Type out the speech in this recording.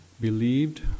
believed